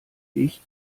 ich